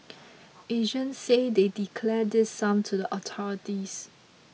agents say they declare this sum to the authorities